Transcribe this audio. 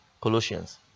Colossians